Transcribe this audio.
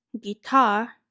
guitar